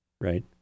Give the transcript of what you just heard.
Right